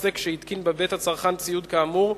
עוסק שהתקין בבית הצרכן ציוד כאמור,